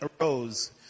arose